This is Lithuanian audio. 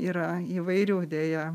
yra įvairių deja